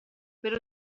per